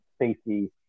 safety